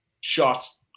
shots